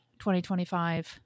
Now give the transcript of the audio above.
2025